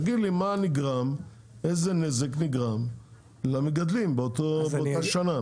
תגיד לי איזה נזק נגרם למגדלים באותה שנה.